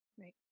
Right